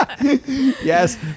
Yes